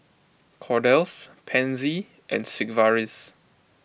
Kordel's Pansy and Sigvaris